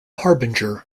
harbinger